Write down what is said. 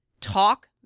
talk